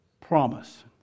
Promise